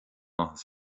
áthas